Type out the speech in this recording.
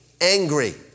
angry